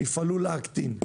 תפעלו להקטין.